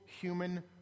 human